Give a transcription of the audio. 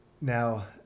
Now